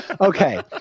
Okay